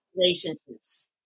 relationships